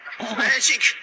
Magic